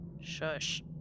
Shush